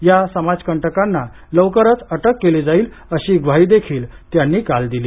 या समाज कंटकांना लवकरच अटक केली जाईल अशी ग्वाही देखील त्यांनी काल दिली